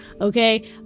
Okay